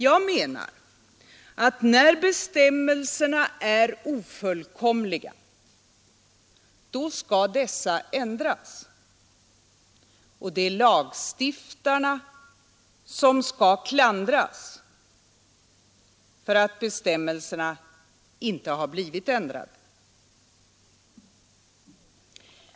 Jag menar att när bestämmelserna är ofullkomliga skall dessa ändras, och det är lagstiftarna som skall klandras för att bestämmelserna.inte har blivit ändrade.